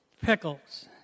pickles